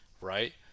right